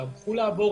לעבור